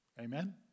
Amen